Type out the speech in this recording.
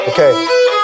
Okay